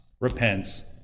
repents